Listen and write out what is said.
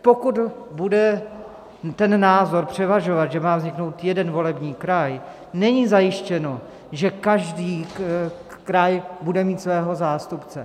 Pokud bude převažovat ten návrh, že má vzniknout jeden volební kraj, není zajištěno, že každý kraj bude mít svého zástupce.